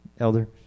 Elder